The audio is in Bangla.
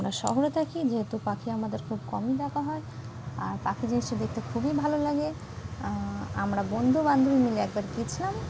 আমরা শহরে থাকি যেহেতু পাখি আমাদের খুব কমই দেখা হয় আর পাখি জিনিসটা দেখতে খুবই ভালো লাগে আমরা বন্ধুবান্ধবী মিলে একবার গেছিলাম